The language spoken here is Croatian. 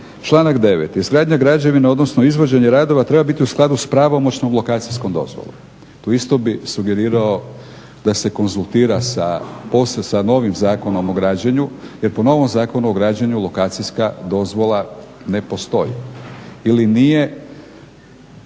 Članak 9., "Izgradnja građevina odnosno izvođenje radova treba biti u skladu s pravomoćnom lokacijskom dozvolom". Tu isto bih sugerirao da se konzultira poslije sa novim Zakonom o građenju jer po novom Zakonu o građenju lokacijska dozvola ne postoji